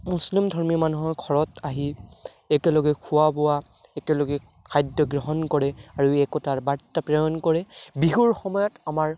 মুছলিম ধৰ্মীয় মানুহৰ ঘৰত আহি একেলগে খোৱা বোৱা একেলগে খাদ্য গ্ৰহণ কৰে আৰু একতাৰ বাৰ্তা প্ৰ্ৰেৰণ কৰে বিহুৰ সময়ত আমাৰ